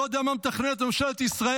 אני לא יודע מה מתכננת ממשלת ישראל,